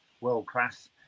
world-class